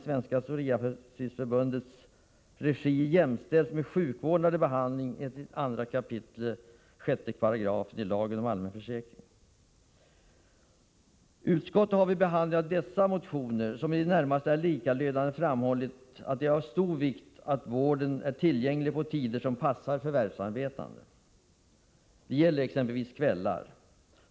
Utskottet har vid behandlingen av dessa båda motioner, som i det närmaste är likalydande, framhållit att det är av stor vikt att vården är tillgänglig på tider som passar förvärvsarbetande. Det gäller exempelvis kvällar.